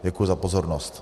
Děkuji za pozornost.